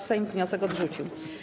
Sejm wniosek odrzucił.